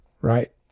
right